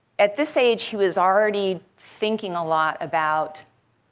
at this age, he was already thinking a lot about